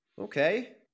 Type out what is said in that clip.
Okay